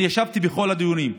אני ישבתי בכל הדיונים,